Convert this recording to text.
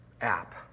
app